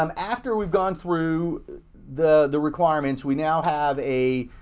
um after we've gone through the the requirements, we now have a.